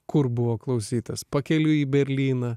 kur buvo klausytas pakeliui į berlyną